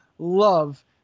Love